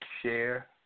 share